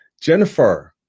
Jennifer